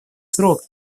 срок